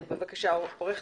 צוהריים טובים.